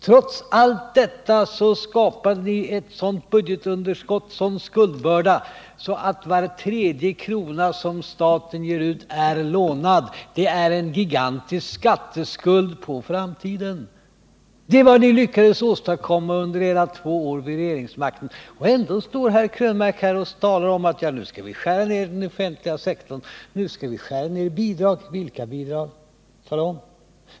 Trots allt detta skapade ni en sådan skuldbörda att var tredje krona som staten ger ut är lånad — det är en gigantisk skatteskuld på framtiden. Det var vad ni lyckades åstadkomma under hela två år vid regeringsmakten. Och ändå talar herr Krönmark om att vi skall skära ned den offentliga sektorn, att vi skall skära ned bidragen. Vilka bidrag? Tala om!